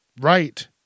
right